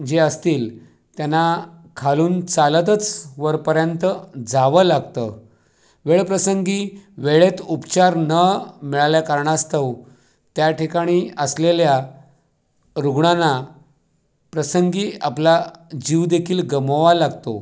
जे असतील त्यांना खालून चालतच वरपर्यंत जावं लागतं वेळप्रसंगी वेळेत उपचार न मिळाल्या कारणास्तव त्याठिकाणी असलेल्या रुग्णांना प्रसंगी आपला जीवदेखील गमवावा लागतो